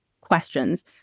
questions